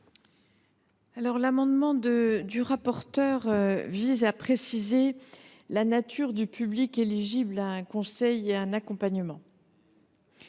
L’amendement du rapporteur vise à préciser la nature du public éligible à un conseil et à un accompagnement.